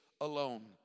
alone